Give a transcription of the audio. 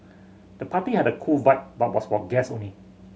the party had a cool vibe but was for guest only